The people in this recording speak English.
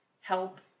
help